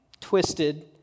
twisted